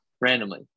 randomly